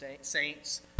saints